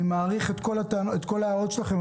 אני מעריך את כל ההערות שלכם,